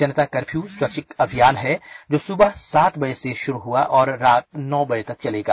जनता curfew स्वैच्छिक अभियान है जो सुबह सात बजे से शुरू हुआ और रात नौ बजे तक चलेगा